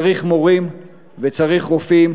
צריך מורים וצריך רופאים.